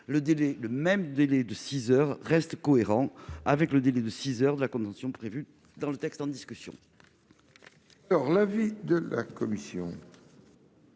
le même délai de six heures reste cohérent avec le délai de six heures de la contention prévu dans le texte en discussion. Quel est l'avis de la commission